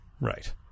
right